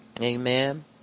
Amen